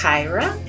Kyra